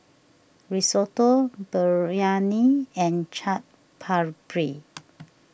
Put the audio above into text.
Risotto Biryani and Chaat Papri